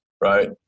right